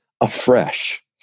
afresh